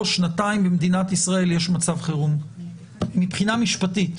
שנתיים במדינת ישראל יש מצב חירום מבחינה משפטית.